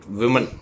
women